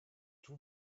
two